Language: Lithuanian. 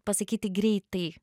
pasakyti greitai